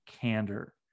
candor